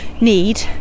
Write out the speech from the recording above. need